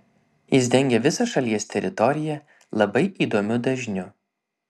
jis dengė visą šalies teritoriją labai įdomiu dažniu